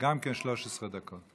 גם כן 13 דקות.